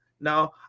Now